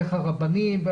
דרך הרבנים,